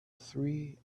three